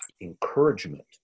encouragement